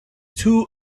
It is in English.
too